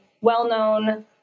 well-known